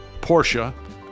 Porsche